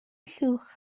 llwch